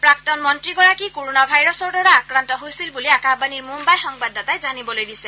প্ৰাক্তন মন্ত্ৰীগৰাকী কোৰোণা ভাইৰাছৰ দ্বাৰা আক্ৰান্ত হৈছিল বুলি আকাশবাণীৰ মুম্বাই সংবাদদাতাই জানিবলৈ দিছে